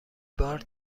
بار